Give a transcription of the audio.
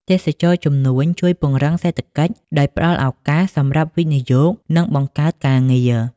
ទេសចរណ៍ជំនួញ ជួយពង្រឹងសេដ្ឋកិច្ច ដោយផ្តល់ឱកាសសម្រាប់វិនិយោគ និងបង្កើតការងារ។